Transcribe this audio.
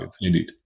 indeed